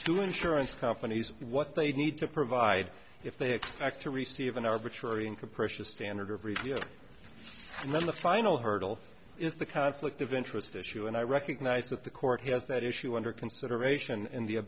to insurance companies what they need to provide if they expect to receive an arbitrary and capricious standard of review and then the final hurdle is the conflict of interest issue and i recognize that the court has that issue under consideration in